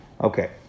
Okay